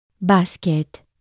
Basket